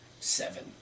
seven